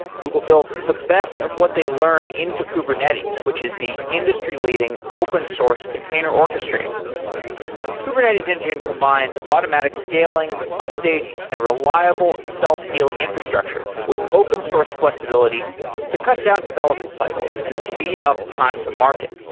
google builds the best of what they learn into kubernetes, which is the industry-leading, open source container orchestrator kubernetes engine combines automatic scaling, updates and reliable self-healing infrastructure with open source flexibility to cut down development cycles and speed up time to market.